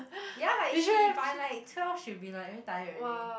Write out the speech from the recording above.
ya like she by like twelve she will be like very tired already